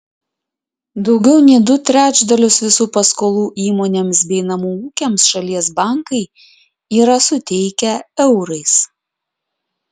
daugiau nei du trečdalius visų paskolų įmonėms bei namų ūkiams šalies bankai yra suteikę eurais